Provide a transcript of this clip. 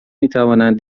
میتوانند